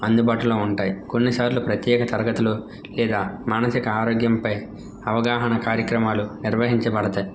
అందుబాటులో ఉంటాయ్ కొన్నిసార్లు ప్రత్యేక తరగతులు లేదా మానసిక ఆరోగ్యంపై అవగాహన కార్యక్రమాలు నిర్వహించబడతాయ్